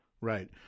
Right